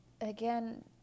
again